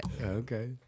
Okay